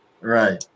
right